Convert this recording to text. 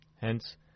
Hence